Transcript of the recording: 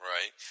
Right